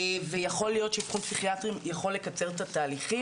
ויכול להיות שאבחון פסיכיאטרי יכול לקצר את התהליכים.